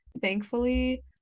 Thankfully